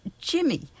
Jimmy